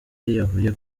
yiyahuye